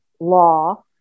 law